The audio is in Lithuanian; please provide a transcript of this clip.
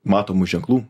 matomų ženklų